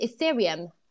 Ethereum